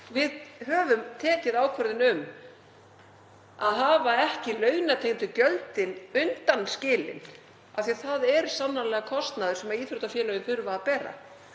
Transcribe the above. Við höfum tekið ákvörðun um að hafa ekki launatengdu gjöldin undanskilin af því það er sannarlega kostnaður sem íþróttafélögin þurfa að bera.